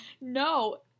No